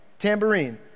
Tambourine